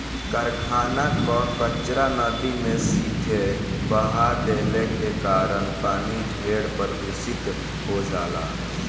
कारखाना कअ कचरा नदी में सीधे बहा देले के कारण पानी ढेर प्रदूषित हो जाला